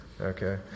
Okay